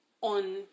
on